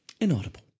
Inaudible